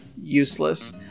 useless